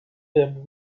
him